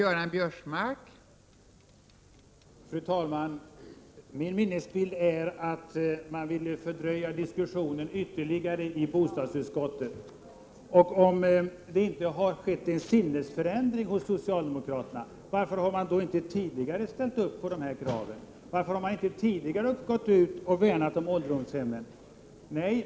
Fru talman! Min minnesbild är att socialdemokraterna ville fördröja diskussionen ytterligare i bostadsutskottet. Om det inte har skett en sinnesförändring hos socialdemokraterna, varför har ni inte tidigare ställt er bakom dessa krav? Varför har ni inte tidigare gått ut och värnat om ålderdomshemmen?